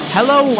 Hello